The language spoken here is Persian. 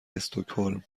استکهلم